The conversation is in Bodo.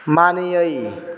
मानियै